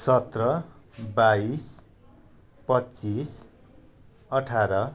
सत्र बाइस पच्चिस अठार